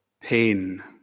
pain